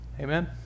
Amen